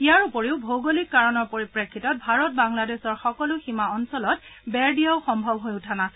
ইয়াৰ উপৰি ভৌগলিক কাৰণৰ পৰিপ্ৰেক্ষিতত ভাৰত বাংলাদেশৰ সকলো সীমা অঞ্চলত বেৰ দিয়াও সম্ভৱ হৈ উঠা নাছিল